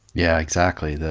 yeah exactly.